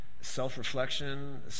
self-reflection